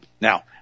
Now